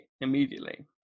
immediately